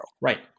right